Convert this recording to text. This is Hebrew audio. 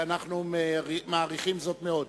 אנחנו מעריכים זאת מאוד.